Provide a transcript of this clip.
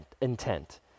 intent